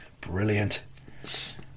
Brilliant